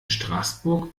straßburg